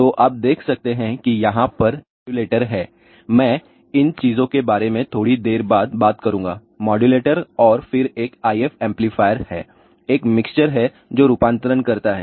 तो आप देख सकते हैं कि यहां पर माड्यूलेटर है मैं इन चीजों के बारे में थोड़ी देर बाद बात करूंगा माड्यूलेटर और फिर एक IF एम्पलीफायर है एक मिक्सर है जो रूपांतरण करता है